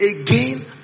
again